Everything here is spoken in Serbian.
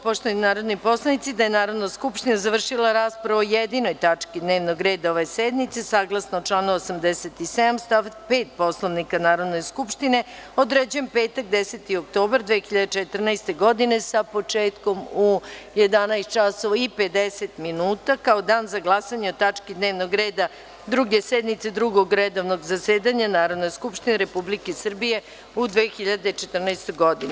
Poštovani narodni poslanici, s obzirom na to da je Narodna skupština završila raspravu o jedino tački dnevnog reda ove sednice, saglasno članu 87. stav 5. Poslovnika Narodne skupštine, određujem petak, 10. oktobar 2014. godine, sa početkom u 11,50 časova, kao dan za glasanje o tački dnevnog reda Druge sednice Drugog redovnog zasedanja Narodne skupštine Republike Srbije u 2014. godini.